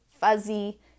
fuzzy